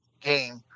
game